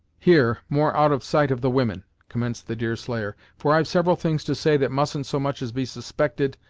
here more out of sight of the women, commenced the deerslayer, for i've several things to say that mustn't so much as be suspected,